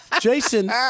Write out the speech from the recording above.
Jason